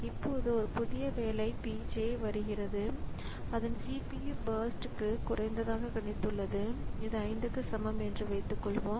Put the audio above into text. இப்போது ஒரு புதிய வேலை P j வருகிறது அதன் CPU பர்ஸ்ட் CPU பர்ஸ்ட்க்கு குறைத்ததாக கணித்துள்ளது இது 5 க்கு சமம் என்று வைத்துக்கொள்வோம்